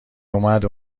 اومد